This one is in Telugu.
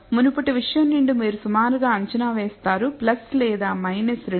మునుపటి విషయం నుండి మీరు సుమారుగా అంచనా వేస్తారు లేదా 2